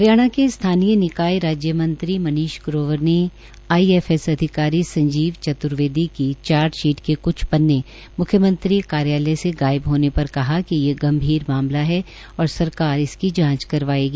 हरियाणा के स्थानीय निकाय राज्य मंत्री मनीष ग्रोवर ने आइएफएस अधिकारी संजीव चतुर्वेदी की चार्जशीट के कृछ पन्ने मुख्यमंत्री कार्यालय से गायब होने पर कहा की ये गंभीर मामला है और सरकार इसकी जांच करवाएगी